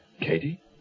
Katie